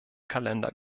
kalender